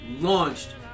launched